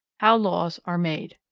how laws are made.